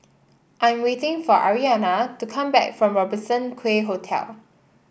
I'm waiting for Arianna to come back from Robertson Quay Hotel